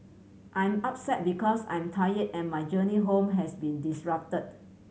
I'm upset because I'm tired and my journey home has been disrupted